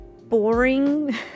boring